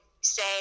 say